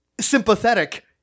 sympathetic